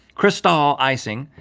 cristal icing,